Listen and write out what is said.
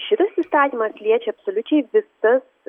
šitas įstatymas liečia absoliučiai visas